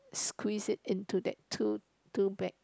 squeeze it into that two two bag